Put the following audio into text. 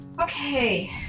Okay